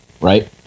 right